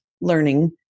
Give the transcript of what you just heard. learning